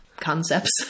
concepts